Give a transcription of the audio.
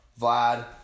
Vlad